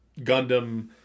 Gundam